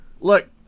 Look